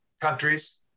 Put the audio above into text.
countries